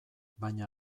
baina